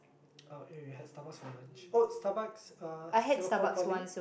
oh and we had Starbucks for lunch oh Starbucks uh Singapore-Poly